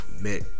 met